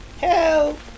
Help